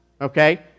Okay